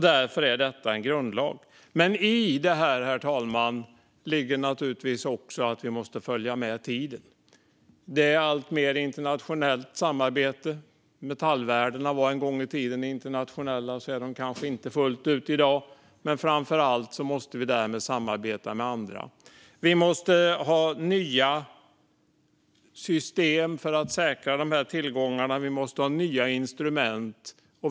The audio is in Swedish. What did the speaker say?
Därför är också detta en grundlag. Men i detta, herr talman, ligger naturligtvis också att vi måste följa med tiden. Vi har alltmer internationellt samarbete. Metallvärdena som en gång var internationella är kanske inte det fullt ut i dag. Men framför allt måste vi samarbeta med andra. Vi måste ha nya system för att säkra dessa tillgångar. Vi måste ha nya instrument.